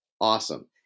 awesome